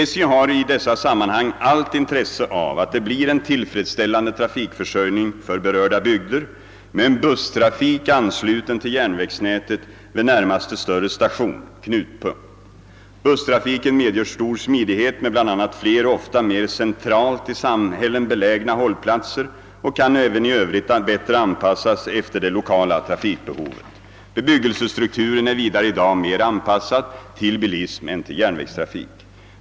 SJ har i dessa sammanhang allt intresse av att det blir en tillfredsställande trafikförsörjning för berörda bygder med en busstrafik ansluten till järnvägsnätet vid närmaste större station . Busstrafiken medger stor smidighet med bl.a. fler och ofta mer centralt i samhällen belägna hållplatser och kan även i övrigt bättre anpassas efter det lokala trafikbehovet. Bebvggelsestrukturen är vidare 1 dag mer anpassad till bilism än till järnvägstrafik.